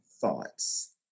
thoughts